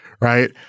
Right